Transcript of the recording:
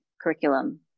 curriculum